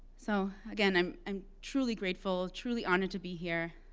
so, again i'm i'm truly grateful, truly honored to be here.